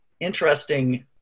interesting